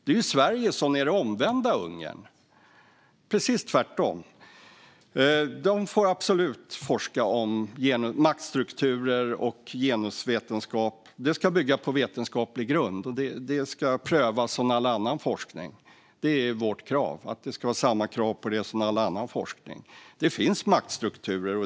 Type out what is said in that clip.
Det är Sverige som är det omvända Ungern - precis tvärtom! De får absolut forska om maktstrukturer och genusvetenskap. Det ska bygga på vetenskaplig grund och prövas som all annan forskning. Det är vårt krav: att det ska vara samma krav på detta som på all annan forskning. Det finns maktstrukturer.